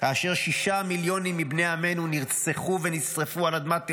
כאשר שישה מיליונים מבני עמנו נרצחו ונשרפו על אדמת אירופה,